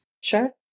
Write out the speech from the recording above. Sure